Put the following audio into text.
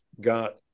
got